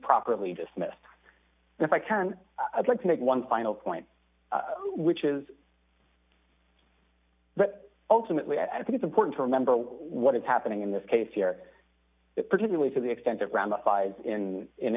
properly dismissed if i can i'd like to make one final point which is ultimately i think it's important to remember what is happening in this case here particularly to the extent